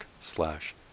slash